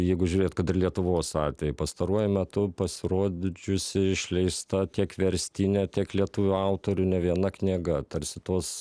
jeigu žiūrėt kad ir lietuvos atveju pastaruoju metu pasirodžiusi išleista tiek verstinė tiek lietuvių autorių ne viena knyga tarsi tos